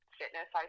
fitness